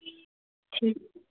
ਠੀਕ